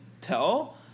tell